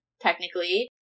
technically